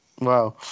Wow